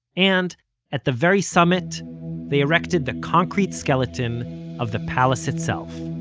and at the very summit they erected the concrete skeleton of the palace itself,